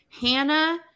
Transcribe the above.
hannah